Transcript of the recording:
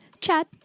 chat